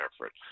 effort